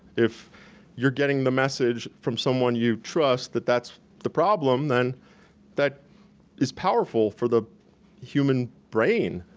if you're getting the message from someone you trust that that's the problem, then that is powerful for the human brain,